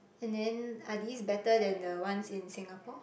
and then are these better than the ones in Singapore